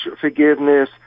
forgiveness